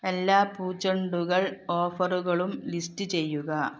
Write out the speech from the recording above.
എല്ലാ പൂച്ചെണ്ടുകൾ ഓഫറുകളും ലിസ്റ്റ് ചെയ്യുക